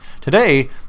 Today